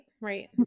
right